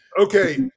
Okay